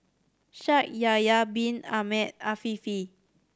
Shaikh Yahya Bin Ahmed Afifi